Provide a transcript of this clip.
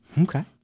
Okay